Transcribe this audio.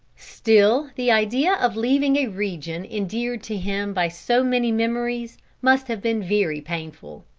still the idea of leaving a region endeared to him by so many memories must have been very painful.